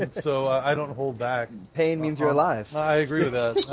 and so i don't hold back pain means you're alive i agree with that.